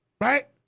right